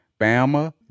Bama